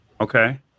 Okay